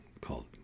called